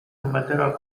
mother